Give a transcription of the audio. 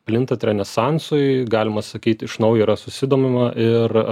plintant renesansui galima sakyt iš naujo yra susidomima ir